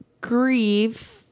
grieve